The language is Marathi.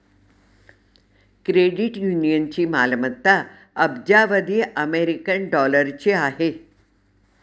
क्रेडिट युनियनची मालमत्ता अब्जावधी अमेरिकन डॉलरची आहे